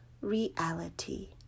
reality